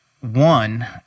One